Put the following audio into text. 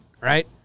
Right